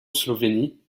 slovénie